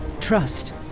trust